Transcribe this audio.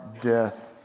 death